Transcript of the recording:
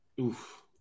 Oof